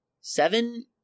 seven